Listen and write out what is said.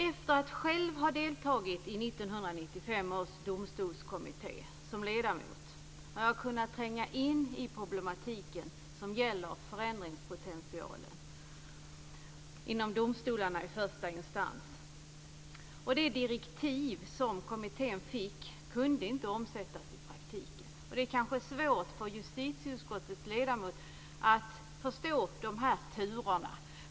Efter att själv som ledamot ha deltagit i 1995 års domstolskommitté har jag kunnat tränga in i problematiken som gäller förändringspotentialen inom domstolarna i första instans. De direktiv som kommittén fick kunde inte omsättas i praktiken. Det är kanske svårt för justitieutskottets ledamöter att förstå de här turerna.